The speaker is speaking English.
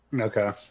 Okay